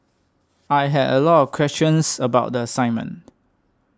I had a lot of questions about the assignment